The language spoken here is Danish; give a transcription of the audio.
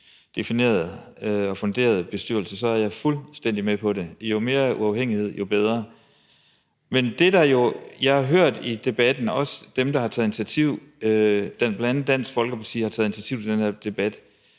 defineret og funderet bestyrelse, så er jeg fuldstændig med på det. Jo mere uafhængighed, jo bedre. Men det, jeg jo har hørt i debatten, også fra dem, der har taget initiativ til den, bl.a. Dansk Folkeparti, er, at man snakker om, at